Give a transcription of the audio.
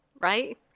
Right